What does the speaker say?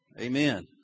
Amen